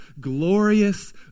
glorious